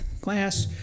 glass